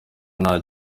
nta